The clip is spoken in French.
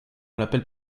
l’appelle